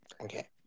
okay